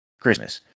Christmas